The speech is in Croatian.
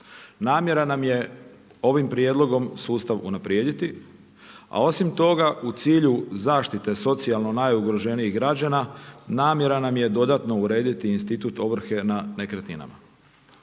Namjera nam je ovim prijedlogom sustav unaprijediti, a osim toga u cilju zaštite socijalno najugroženijih građana, namjera nam je dodatno urediti institut ovrhe na nekretninama.